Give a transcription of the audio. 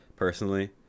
personally